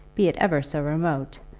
be it ever so remote,